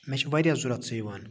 مےٚ چھِ واریاہ ضوٚرَتھ سُہ یِوان